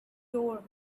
doorway